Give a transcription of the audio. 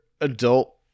adult